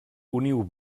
uniu